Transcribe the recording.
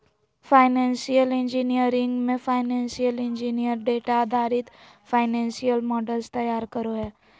financial engineering मे financial engineer data आधारित financial models तैयार करो हय